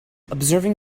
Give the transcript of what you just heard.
observing